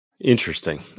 Interesting